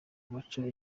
baca